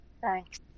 Thanks